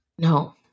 No